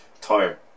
tire